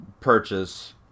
purchase